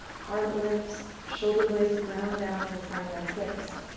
heart lifts, shoulder blades ground down, and we find our twist.